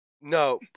no